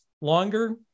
longer